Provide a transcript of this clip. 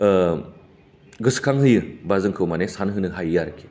गोसोखांहोयो बा जोंखौ माने सानहोनो हायो आरोखि